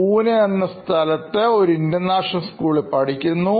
പൂനെ എന്ന സ്ഥലത്ത്ഒരു ഇൻറർനാഷണൽ സ്കൂളിൽ പഠിക്കുന്നു